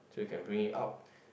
so you can bring him out